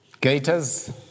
Gators